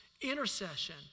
intercession